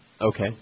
Okay